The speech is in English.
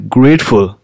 grateful